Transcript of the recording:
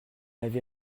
avait